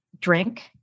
drink